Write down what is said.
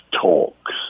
talks